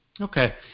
Okay